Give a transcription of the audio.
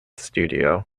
studio